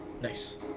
Nice